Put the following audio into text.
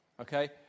Okay